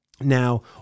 Now